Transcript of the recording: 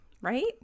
Right